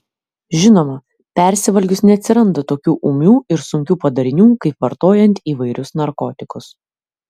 žinoma persivalgius neatsiranda tokių ūmių ir sunkių padarinių kaip vartojant įvairius narkotikus